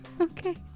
okay